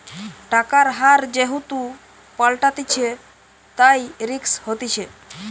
টাকার হার যেহেতু পাল্টাতিছে, তাই রিস্ক হতিছে